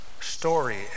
story